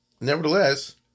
nevertheless